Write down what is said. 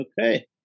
Okay